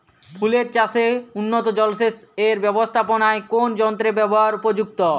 ফুলের চাষে উন্নত জলসেচ এর ব্যাবস্থাপনায় কোন যন্ত্রের ব্যবহার উপযুক্ত?